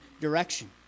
direction